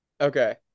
Okay